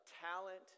talent